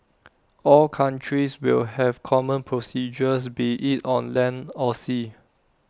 all countries will have common procedures be IT on land or sea